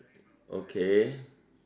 okay